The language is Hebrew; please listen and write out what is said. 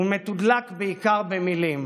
הוא מתודלק בעיקר במילים,